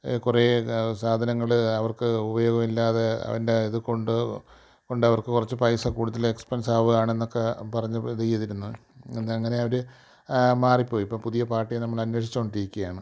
കുറേ സാധനങ്ങൾ അവർക്ക് ഉപയോഗമില്ലാതെ അതിൻ്റെ ഇത് കൊണ്ട് കൊണ്ടവർക്ക് കുറച്ച് പൈസ കൂടുതൽ എക്സ്പെൻസ് ആവുന്നു എന്നൊക്കെ പറഞ്ഞ് ഇത് ചെയ്തിരുന്നു ഇത് അങ്ങനെ അവർ മാറിപ്പോയി ഇപ്പം പുതിയ പാർട്ടിയെ നമ്മൾ അന്വേഷിച്ചു കൊണ്ടിരിക്കുകയാണ്